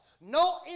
No